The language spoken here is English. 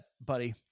buddy